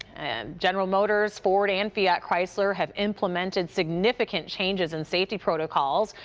general motors, ford and fiat chrysler have implemented significant changes in safety protocols.